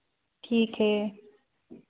ठीक है